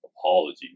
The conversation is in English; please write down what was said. apology